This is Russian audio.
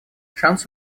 шанс